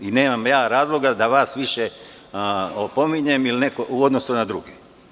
Nemam ja razloga da vas više opominjem u odnosu na druge.